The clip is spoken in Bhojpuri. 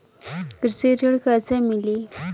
कृषि ऋण कैसे मिली?